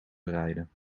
bereiden